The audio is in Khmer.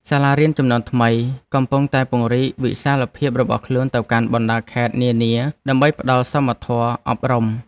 សាលារៀនជំនាន់ថ្មីកំពុងតែពង្រីកវិសាលភាពរបស់ខ្លួនទៅកាន់បណ្តាខេត្តនានាដើម្បីផ្តល់សមធម៌អប់រំ។